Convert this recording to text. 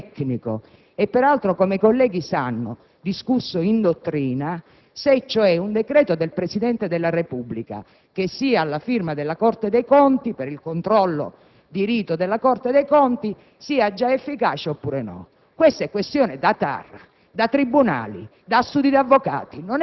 Credevo, quindi, che il dibattito non potesse riguardare un fatto meramente tecnico e peraltro - come i colleghi sanno - discusso in dottrina: se cioè un decreto del Presidente della Repubblica che sia alla firma della Corte dei conti per il controllo di rito sia o no già efficace.